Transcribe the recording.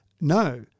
no